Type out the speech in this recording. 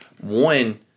One